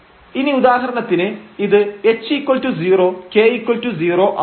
ഇനി ഉദാഹരണത്തിന് ഇത് h0 k0 ആണ്